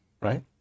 right